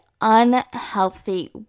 unhealthy